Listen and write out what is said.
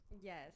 yes